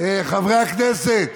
חברי הכנסת,